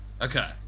okay